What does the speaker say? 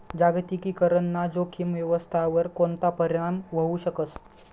जागतिकीकरण ना जोखीम व्यवस्थावर कोणता परीणाम व्हवू शकस